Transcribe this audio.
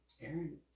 Aaron